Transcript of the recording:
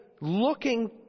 looking